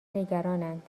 نگرانند